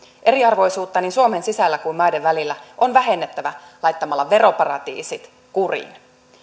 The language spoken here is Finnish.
eriarvoisuutta niin suomen sisällä kuin maiden välillä on vähennettävä laittamalla veroparatiisit kuriin